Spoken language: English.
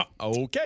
Okay